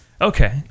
Okay